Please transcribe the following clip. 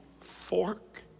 fork